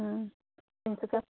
তিনিচুকীয়াত